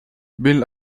بيل